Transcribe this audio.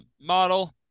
model